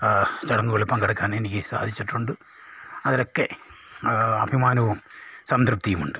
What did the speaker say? ചടങ്ങുകളിൽ പങ്കെടുക്കാൻ എനിക്ക് സാധിച്ചിട്ടുണ്ട് അതിലൊക്കെ അഭിമാനവും സംതൃപ്തിയുമുണ്ട്